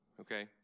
Okay